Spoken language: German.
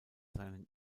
seinen